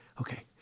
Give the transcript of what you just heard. okay